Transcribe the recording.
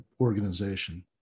organization